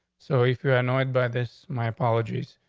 so if you're annoyed by this, my apologies,